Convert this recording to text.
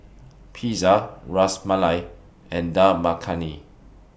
Pizza Ras Malai and Dal Makhani